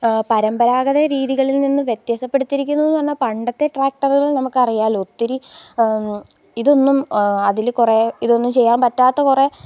പരമ്പരാഗത രീതികളില് നിന്നു വ്യത്യാസപ്പെടുത്തിയിരിക്കുന്നു എന്നു പറഞ്ഞാല് പണ്ടത്തെ ട്രാക്ക്റ്ററുകള് നമുക്കറിയാമല്ലോ ഒത്തിരി ഇതൊന്നും അതിൽ കുറേ ഇതൊന്നും ചെയ്യാന് പറ്റാത്ത കുറേ